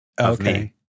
Okay